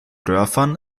dörfern